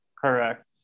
Correct